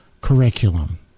curriculum